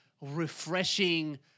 refreshing